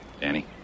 Danny